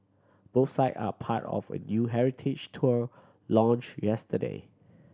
both site are part of a new heritage tour launched yesterday